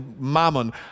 mammon